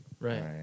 Right